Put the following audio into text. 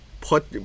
Put